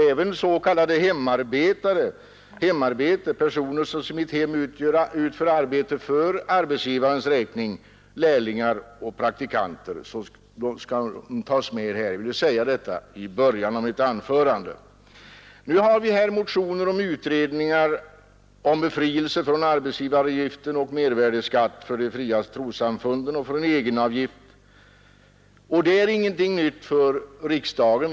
Även s.k. hemarbetande, personer som i ett hem utför arbete för arbetsgivarens räkning, lärlingar och praktikanter skall tas med här. Jag vill säga detta i början av mitt anförande. Vi har här motioner om utredningar om befrielse från arbetsgivaravgift och mervärdeskatt för de fria trossamfunden. Det är ingenting nytt för riksdagen.